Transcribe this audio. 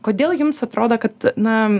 kodėl jums atrodo kad na